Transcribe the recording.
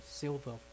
silver